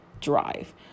drive